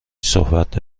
صحبت